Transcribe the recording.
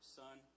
son